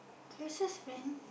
closest friend